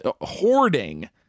hoarding